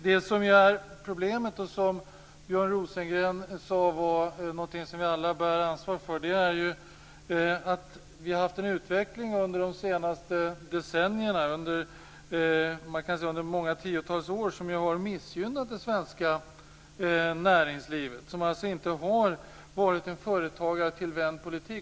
Det som är problemet, och som Björn Rosengren sade var någonting som vi alla bär ansvaret för, är att vi har haft en utveckling under de senaste decennierna, man kan säga under många tiotals år, som har missgynnat det svenska näringslivet. Det har inte varit en företagartillvänd politik.